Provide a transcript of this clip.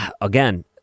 again